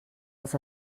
els